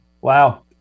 Wow